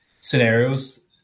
scenarios